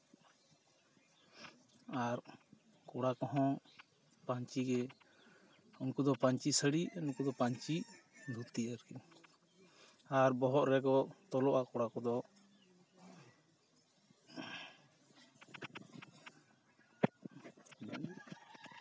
ᱟᱨ ᱠᱚᱲᱟ ᱠᱚᱦᱚᱸ ᱯᱟᱹᱧᱪᱤ ᱜᱮ ᱩᱱᱠᱩ ᱫᱚ ᱯᱟᱹᱧᱪᱤ ᱥᱟᱲᱤ ᱟᱨ ᱱᱩᱠᱩ ᱫᱚ ᱯᱟᱹᱧᱪᱤ ᱫᱷᱩᱛᱤ ᱟᱨᱠᱤ ᱟᱨ ᱵᱚᱦᱚᱜ ᱨᱮᱠᱚ ᱛᱚᱞᱚᱜᱼᱟ ᱠᱚᱲᱟ ᱠᱚᱫᱚ